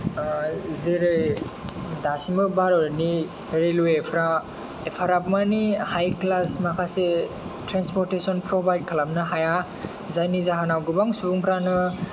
जेरै दासिमबो भारतनि रेलवे फ्रा एफाराब माने हाई क्लास माखासे त्रेन्सपर्तेसन फ्रभायद खालामनो हाया जायनि जाहोनाव गोबां सुबुंफ्रानो